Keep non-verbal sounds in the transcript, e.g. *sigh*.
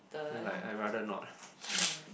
then like I rather not *noise*